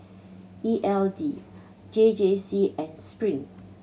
E L D J J C and Spring